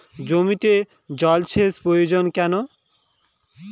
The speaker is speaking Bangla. জমিতে জল সেচ প্রয়োজন কেন?